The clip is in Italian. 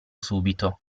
subito